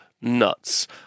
nuts